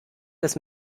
des